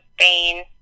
Spain